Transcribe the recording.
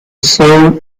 serve